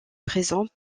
présent